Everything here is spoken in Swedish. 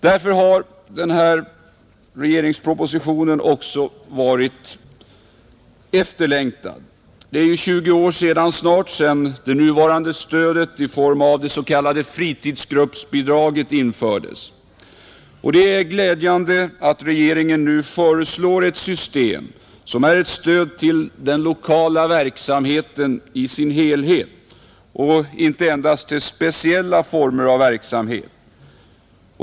Därför har denna regeringsproposition också varit efterlängtad. Det är ju snart tjugo år sedan det nuvarande stödet i form av det s.k. fritidsgruppsbidraget infördes, Det är glädjande att regeringen nu föreslår ett system som innebär ett stöd till den lokala verksamheten i dess helhet och inte endast till speciella former av verksamhet.